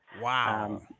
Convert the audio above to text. Wow